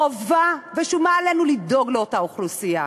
חובה ושומה עלינו לדאוג לאותה אוכלוסייה,